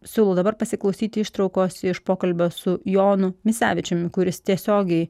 siūlau dabar pasiklausyti ištraukos iš pokalbio su jonu misevičiumi kuris tiesiogiai